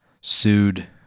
sued